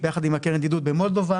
ביחד עם הקרן לידידות במולדובה.